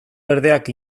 berdeak